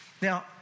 Now